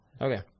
Okay